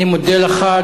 אני מודה לך.